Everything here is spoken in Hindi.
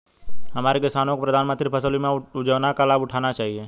हमारे किसानों को प्रधानमंत्री फसल बीमा योजना का लाभ उठाना चाहिए